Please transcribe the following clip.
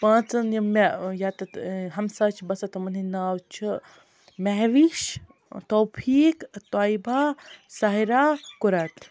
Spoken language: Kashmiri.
پانٛژَن یِم مےٚ ٲں ییٚتیٚتھ ٲں ہمساے چھِ بَسان تِمَن ہنٛدۍ ناو چھِ مہوِش ٲں توفیٖق طیبہ ساحرا قُرَت